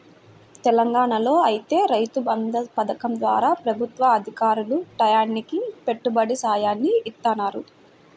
తెలంగాణాలో ఐతే రైతు బంధు పథకం ద్వారా ప్రభుత్వ అధికారులు టైయ్యానికి పెట్టుబడి సాయాన్ని ఇత్తన్నారు